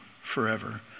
forever